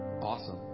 Awesome